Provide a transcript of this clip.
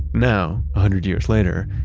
now, a hundred years later,